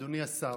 אדוני השר,